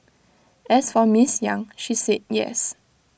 as for miss yang she said yes